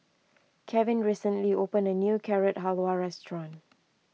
Kevin recently opened a new Carrot Halwa restaurant